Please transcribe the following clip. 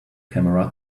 camera